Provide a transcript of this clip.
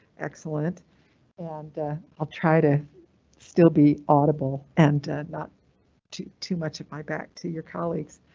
excellent and i'll try to still be audible and not too too much of my back to your colleagues